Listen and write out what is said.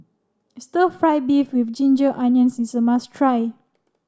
stir fry beef with ginger onions is a must try